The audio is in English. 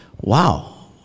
Wow